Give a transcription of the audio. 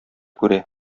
күрә